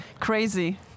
crazy